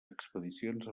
expedicions